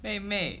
妹妹